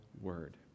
word